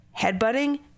Headbutting